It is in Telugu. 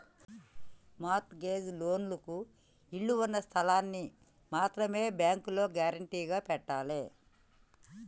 మార్ట్ గేజ్ లోన్లకు ఇళ్ళు ఉన్న స్థలాల్ని మాత్రమే బ్యేంకులో గ్యేరంటీగా పెట్టాలే